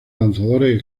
lanzadores